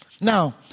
Now